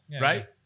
Right